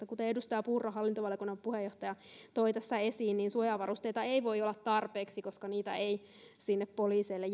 kuten edustaja purra hallintovaliokunnan puheenjohtaja toi tässä esiin suojavarusteita ei voi olla tarpeeksi koska niitä ei sinne poliiseille